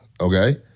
okay